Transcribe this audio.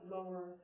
Lower